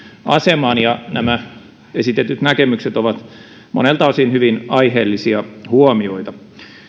asemaan ja nämä esitetyt näkemykset ovat monilta osin hyvin aiheellisia huomioita